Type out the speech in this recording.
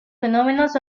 fenómenos